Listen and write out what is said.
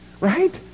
right